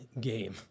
game